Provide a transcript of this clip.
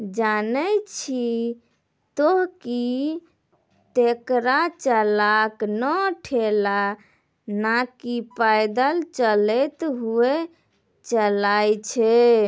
जानै छो तोहं कि हेकरा चालक नॅ ठेला नाकी पैदल चलतॅ हुअ चलाय छै